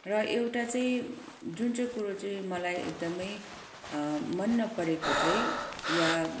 र एउटा चाहिँ जुन चाहिँ कुरो चाहिँ मलाई एकदमै मन नपरेको चाहिँ या